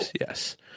Yes